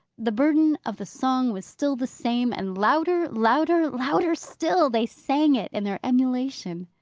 the burden of the song was still the same and louder, louder, louder still, they sang it in their emulation.